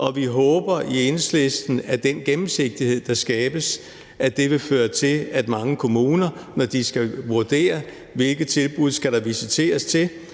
vi håber i Enhedslisten, at den gennemsigtighed, der skabes, vil føre til, at der i forhold til mange kommuner, når de skal vurdere, hvilke tilbud der skal visiteres til,